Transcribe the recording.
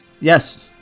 Yes